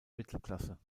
mittelklasse